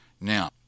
now